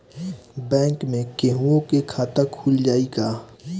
Bank में केहूओ के खाता खुल जाई का?